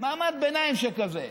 מעמד ביניים שכזה,